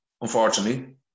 unfortunately